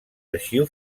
arxiu